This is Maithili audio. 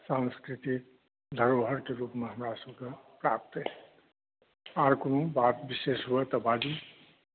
सांस्कृतिक धरोहरके रूपमे हमरासभकेँ प्राप्त अछि आर कोनो बात विशेष हूअ तऽ बाजूँ